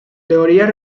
teorías